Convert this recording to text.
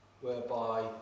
whereby